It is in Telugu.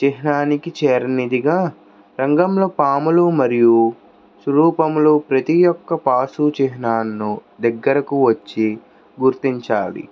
చిహ్నానికి చేరినదిగా రంగములో పాములు మరియు సురూపములు ప్రతి యొక్క పాసు చిహ్నాలను దగ్గరకు వచ్చి గుర్తించాలి